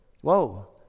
Whoa